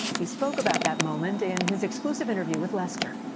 he spoke about that moment in his exclusive interview with lester.